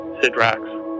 Sidrax